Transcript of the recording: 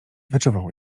wyczuwał